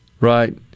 Right